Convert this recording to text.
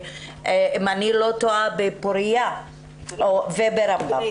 אם אני לא טועה בפוריה וברמב"ם.